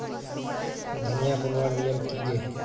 धनिया बूनवार नियम की गे?